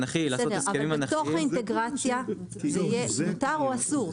לעשות הסכמים אנכיים אבל בתוך האינטגרציה זה מותר או אסור?